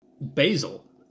Basil